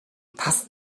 тас